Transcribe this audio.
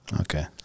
Okay